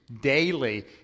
daily